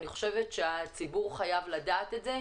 אני חושבת שהציבור חייב לדעת זאת,